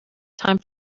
time